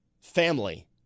Family